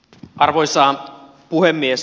arvoisa puhemies